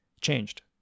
changed